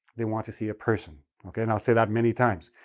they want to see a person. okay? and i'll say that many times.